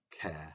care